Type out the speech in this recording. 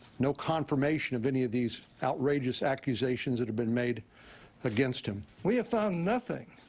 no confirmation of any of these outrageous accusations that have been made against him. we have found nothing.